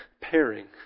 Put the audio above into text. pairing